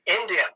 India